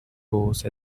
pose